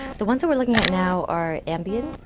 the ones that we're looking at now are ambien,